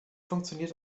funktioniert